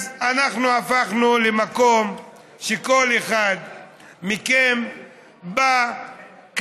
אז אנחנו הפכנו למקום שכל אחד מכם בא,